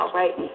right